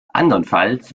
andernfalls